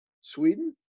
Sweden